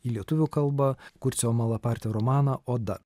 į lietuvių kalbą kurcio malaparti romaną oda